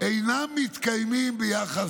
אינם מתקיימים ביחס